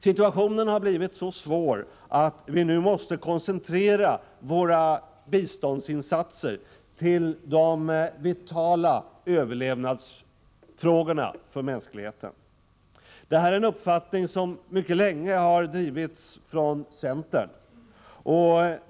Situationen har blivit så svår att vi nu måste koncentrera våra biståndsinsatser till de vitala överlevnadsfrågorna för mänskligheten. Det här är en uppfattning som mycket länge drivits av centern.